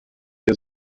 der